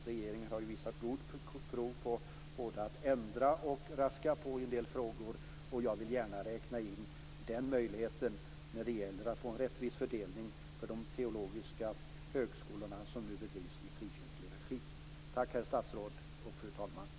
Regeringen har visat gott prov på att både ändra och raska på i en del frågor, och jag vill gärna räkna in den möjligheten när det gäller att få en rättvis fördelning för de teologiska högskolor som nu bedrivs i frikyrklig regi. Tack, herr statsråd och fru talman!